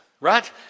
right